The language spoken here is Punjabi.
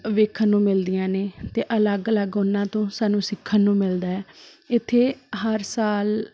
ਵੇਖਣ ਨੂੰ ਮਿਲਦੀਆਂ ਨੇ ਅਤੇ ਅਲੱਗ ਅਲੱਗ ਉਹਨਾਂ ਤੋਂ ਸਾਨੂੰ ਸਿੱਖਣ ਨੂੰ ਮਿਲਦਾ ਇੱਥੇ ਹਰ ਸਾਲ